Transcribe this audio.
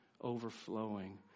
overflowing